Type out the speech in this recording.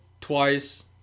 Twice